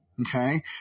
okay